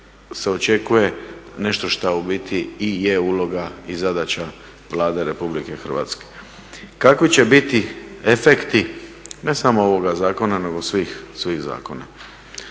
Kako će biti efekti ne samo ovoga zakona nego svih zakona?